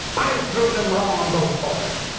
i'll prove them wrong on both points.